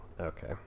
okay